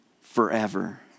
forever